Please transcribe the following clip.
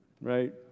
right